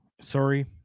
sorry